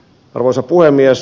arvoisa puhemies